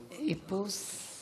תודה.